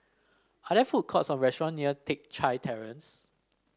are there food courts or restaurant near Teck Chye Terrace